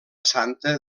santa